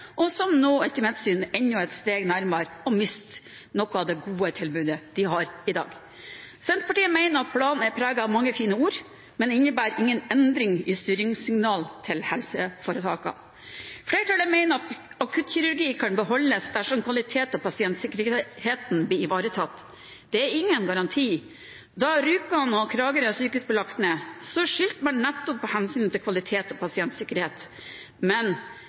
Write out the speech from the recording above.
og som nå etter mitt syn er enda et steg nærmere å miste noe av det gode tilbudet de har i dag. Senterpartiet mener at planen er preget av mange fine ord, men den innebærer ingen endring i styringssignal til helseforetakene. Flertallet mener at akuttkirurgi kan beholdes dersom kvaliteten og pasientsikkerheten blir ivaretatt. Det er ingen garanti. Da Rjukan sykehus og Kragerø sykehus ble lagt ned, skyldte man nettopp på hensynet til kvalitet og pasientsikkerhet. Men